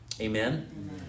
Amen